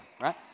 right